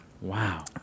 wow